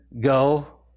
go